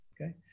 Okay